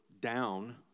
down